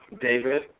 David